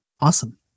Awesome